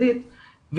עבודתי על עבודת התזה.